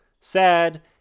sad